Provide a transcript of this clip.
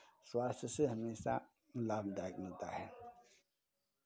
स्वास्थ्य से हमेशा लाभदायक मिलता है